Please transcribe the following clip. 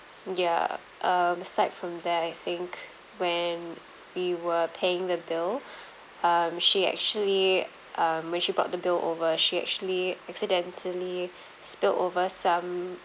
ya um aside from that I think when we were paying the bill um she actually um when she brought the bill over she actually accidentally spilled over some